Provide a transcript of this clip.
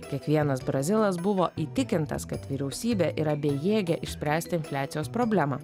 kiekvienas brazilas buvo įtikintas kad vyriausybė yra bejėgė išspręsti infliacijos problemą